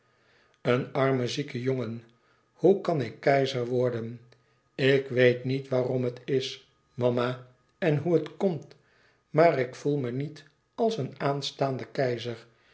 een arme zieke jongen hoe kan ik keizer worden ik weet niet waarom het is mama en hoe het komt maar ik voel me niet als een aanstaande keizer